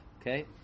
Okay